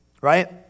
right